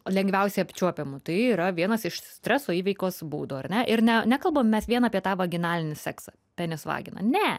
lengviausiai apčiuopiamų tai yra vienas iš streso įveiktos būdų ar ne ir ne nekalbam mes vien apie tą vaginalinį seksą penis vagina ne